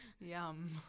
Yum